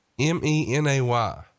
M-E-N-A-Y